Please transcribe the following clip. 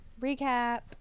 recap